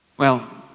well,